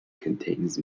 contains